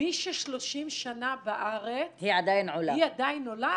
מי ש-30 שנה בארץ היא עדיין עולה?